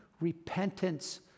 repentance